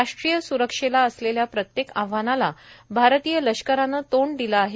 राष्ट्रीय सुरक्षेला असलेल्या प्रत्येक आव्हानाला भारतीय लष्करानं तोंड दिलं आहे